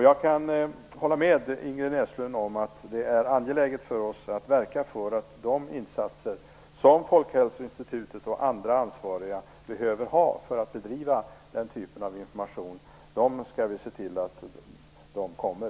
Jag håller med Ingrid Näslund: Det är angeläget för oss att verka för att de insatser som Folkhälsoinstitutet och andra ansvariga behöver för att bedriva den typen av information kommer.